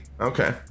Okay